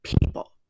people